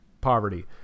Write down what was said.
poverty